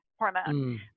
hormone